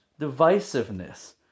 divisiveness